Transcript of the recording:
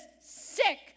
sick